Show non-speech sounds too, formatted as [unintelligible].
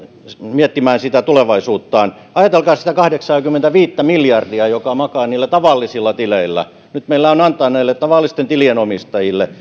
miettimään sitä tulevaisuuttaan ajatelkaa sitä kahdeksaakymmentäviittä miljardia joka makaa niillä tavallisilla tileillä nyt meillä on antaa näille tavallisten tilien omistajille [unintelligible]